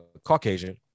Caucasian